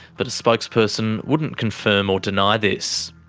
but a spokesperson wouldn't confirm or deny this.